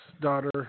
daughter